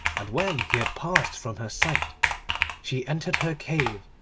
and when he had passed from her sight she entered her cave,